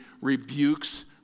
rebukes